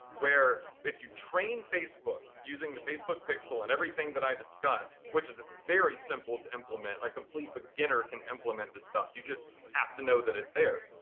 where if you train facebook using the facebook pixel and everything that i discussed, which is ah very simple to implement, a complete beginner can implement this stuff, you just have to know that it's there.